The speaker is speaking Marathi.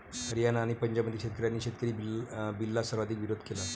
हरियाणा आणि पंजाबमधील शेतकऱ्यांनी शेतकरी बिलला सर्वाधिक विरोध केला